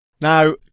now